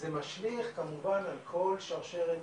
זה משליך כמובן על כל שרשרת